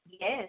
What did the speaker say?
Yes